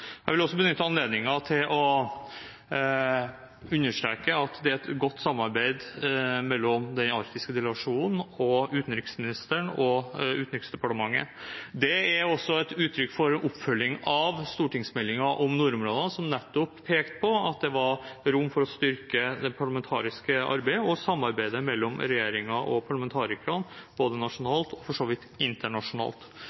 Jeg vil også benytte anledningen til å understreke at det er et godt samarbeid mellom den arktiske delegasjonen og utenriksministeren og Utenriksdepartementet. Det er også et uttrykk for oppfølging av stortingsmeldingen om nordområdene, som nettopp pekte på at det var rom for å styrke det parlamentariske arbeidet og samarbeidet mellom regjeringen og parlamentarikerne både nasjonalt og for så vidt internasjonalt.